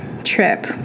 Trip